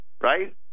right